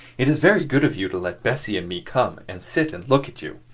it is very good of you to let bessie and me come and sit and look at you.